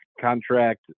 contract